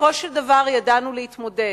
בסופו של דבר ידענו להתמודד.